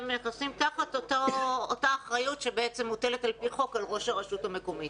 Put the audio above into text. הן נכנסות תחת אותה אחריות שבעצם מוטלת על פי חוק על ראש הרשות המקומית?